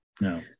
No